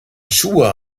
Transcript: schuhe